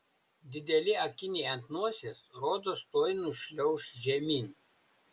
dideli akiniai ant nosies rodos tuoj nušliauš žemyn